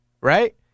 right